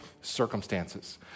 circumstances